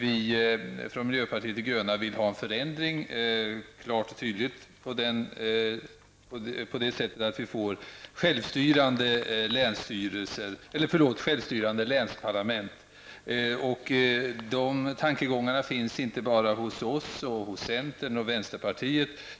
Vi från miljöpartiet de gröna vill ha en klar och tydlig förändring på så sätt att det kan skapas självstyrande länsparlament. De tankegångarna finns inte bara hos miljöpartiet, centern och vänsterpartiet.